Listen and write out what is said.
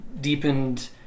deepened